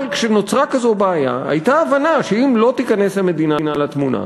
אבל כשנוצרה כזאת בעיה הייתה הבנה שאם המדינה לא תיכנס לתמונה,